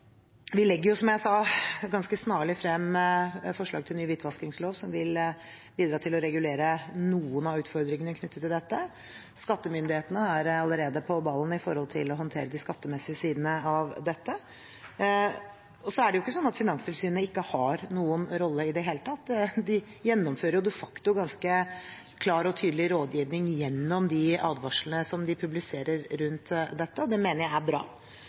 Vi legger, som jeg sa, ganske snarlig frem forslag til en ny hvitvaskingslov, som vil bidra til å regulere noen av utfordringene knyttet til dette. Skattemyndighetene er allerede på ballen for å håndtere de skattemessige sidene av dette. Det er ikke slik at Finanstilsynet ikke har noen rolle i det hele tatt. De gjennomfører de facto ganske klar og tydelig rådgivning gjennom de advarslene de publiserer rundt dette, og det mener jeg er bra.